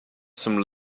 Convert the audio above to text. some